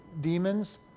demons